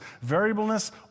variableness